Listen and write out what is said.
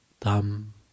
thumb